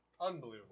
Unbelievable